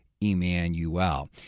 Emmanuel